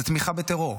זה תמיכה בטרור.